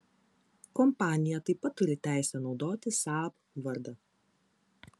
kompanija taip pat turi teisę naudoti saab vardą